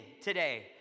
today